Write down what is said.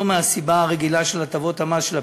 לא מהסיבה הרגילה של הטבות המס של הפריפריה,